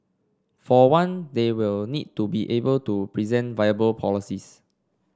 for one they will need to be able to present viable policies